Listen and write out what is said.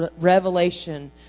revelation